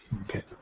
Okay